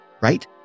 right